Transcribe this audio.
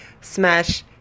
smash